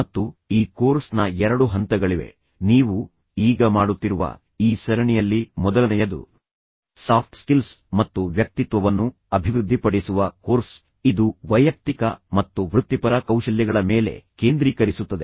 ಮತ್ತು ಈ ಕೋರ್ಸ್ನ ಎರಡು ಹಂತಗಳಿವೆ ನೀವು ಈಗ ಮಾಡುತ್ತಿರುವ ಈ ಸರಣಿಯಲ್ಲಿ ಮೊದಲನೆಯದು ಸಾಫ್ಟ್ ಸ್ಕಿಲ್ಸ್ ಮತ್ತು ವ್ಯಕ್ತಿತ್ವವನ್ನು ಅಭಿವೃದ್ಧಿಪಡಿಸುವ ಕೋರ್ಸ್ ಮತ್ತು ಇದು ವೈಯಕ್ತಿಕ ಮತ್ತು ವೃತ್ತಿಪರ ಕೌಶಲ್ಯಗಳ ಮೇಲೆ ಕೇಂದ್ರೀಕರಿಸುತ್ತದೆ